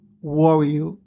warrior